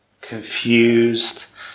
confused